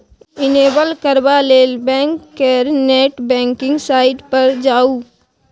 enable करबा लेल bank केर नेट बैंकिंग साइट पर जाउ